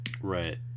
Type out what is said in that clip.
Right